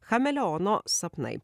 chameleono sapnai